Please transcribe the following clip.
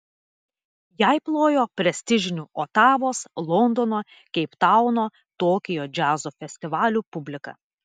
jai plojo prestižinių otavos londono keiptauno tokijo džiazo festivalių publika